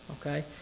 okay